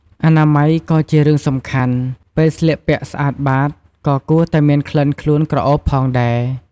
អនាម័យក៏ជារឿងសំខាន់ ពេលស្លៀកពាក់ស្អាតបាត ក៏គួរតែមានក្លិនខ្លួនក្រអូបផងដេរ។